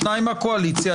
שניים מהקואליציה,